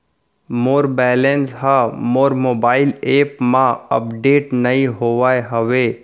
मोर balance हा मोर mobile app मा अपडेट नहीं होय हवे